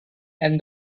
and